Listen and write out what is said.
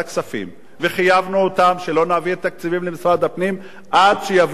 וחייבנו אותם שלא נעביר תקציבים למשרד הפנים עד שלא יביא פתרונות.